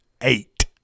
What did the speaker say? Eight